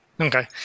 Okay